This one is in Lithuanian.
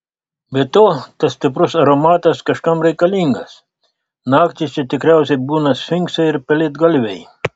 be to tas stiprus aromatas kažkam reikalingas naktį čia tikriausiai būna sfinksai ir pelėdgalviai